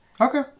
Okay